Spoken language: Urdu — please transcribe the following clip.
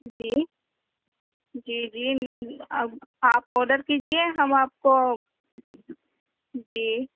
جی جی جی اب آپ آڈر کیجیے ہم آپ کو جی